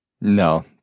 No